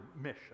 mission